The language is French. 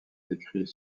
décrit